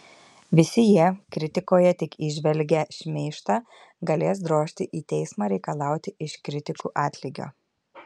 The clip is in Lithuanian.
visi jie kritikoje tik įžvelgę šmeižtą galės drožti į teismą reikalauti iš kritikų atlygio